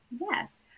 Yes